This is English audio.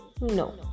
no